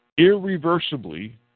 Irreversibly